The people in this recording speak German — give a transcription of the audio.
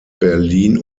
berlin